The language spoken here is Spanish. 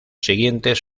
siguientes